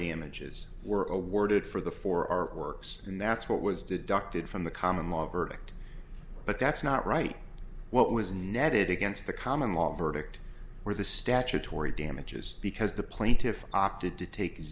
images were awarded for the for our works and that's what was deducted from the common law verdict but that's not right what was netted against the common law verdict or the statutory damages because the plaintiffs opted to take